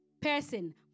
person